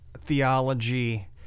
theology